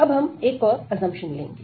अब हम एक और असम्प्शन लेंगे